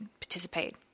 participate